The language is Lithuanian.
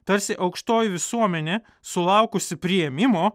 tarsi aukštoji visuomenė sulaukusi priėmimo